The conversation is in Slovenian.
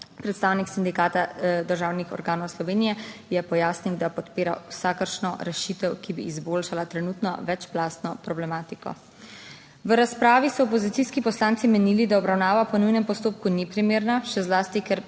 Predstavnik Sindikata državnih organov Slovenije je pojasnil, da podpira vsakršno rešitev, ki bi izboljšala trenutno večplastno problematiko. V razpravi so opozicijski poslanci menili, da obravnava po nujnem postopku ni primerna, še zlasti, ker